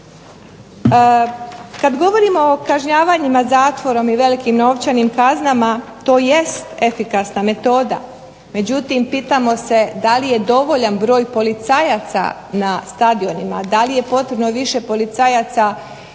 Kada govorimo o kažnjavanju zatvorom i velikim novčanim kaznama to jest efikasna metoda, međutim pitamo se da li je dovoljan broj policajaca na stadionima, da li je potrebno više policajaca u